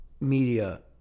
media